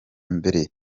mbere